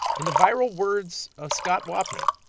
in the viral words of scott wapner.